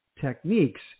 techniques